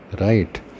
right